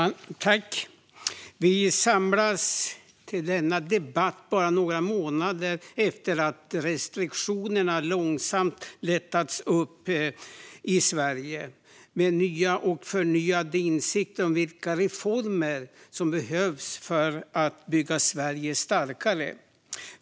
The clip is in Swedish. Fru talman! Vi samlas till denna debatt bara månader efter att restriktionerna långsamt lättats upp i Sverige med nya och förnyade insikter om vilka reformer som behövs för att bygga Sverige starkare.